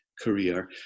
career